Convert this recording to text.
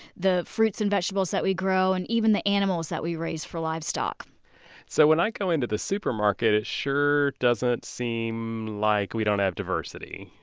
the fruits and vegetables that we grow, and even the animals that we raise for livestock so when i go into the supermarket, it sure doesn't seem like we don't have diversity.